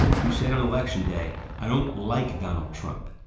who said on election day, i don't like donald trump.